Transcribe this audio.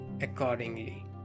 accordingly